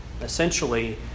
essentially